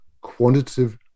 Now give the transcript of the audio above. quantitative